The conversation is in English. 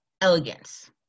elegance